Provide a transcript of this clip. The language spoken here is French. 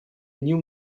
new